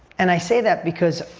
and i say that because,